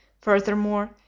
Furthermore